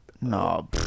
No